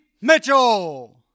Mitchell